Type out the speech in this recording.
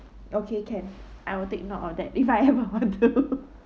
okay can I will take note of that if I ever want to